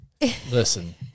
Listen